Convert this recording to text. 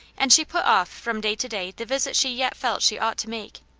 and she put off from day to day the visit she yet felt she ought to make.